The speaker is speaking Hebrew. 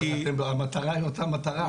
הרי המטרה היא אותה מטרה,